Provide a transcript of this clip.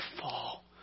fall